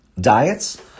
diets